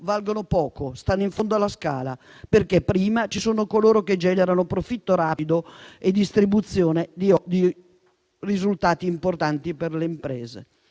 valgono poco e stanno in fondo alla scala, perché prima ci sono coloro che generano profitto rapido e distribuzione di risultati importanti per le imprese.